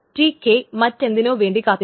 Tk മറ്റെന്തിനോ വേണ്ടി കാത്തിരിക്കുന്നു